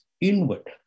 inward